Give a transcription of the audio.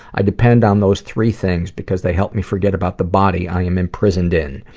i depend on those three things because they help me forget about the body i am imprisoned in,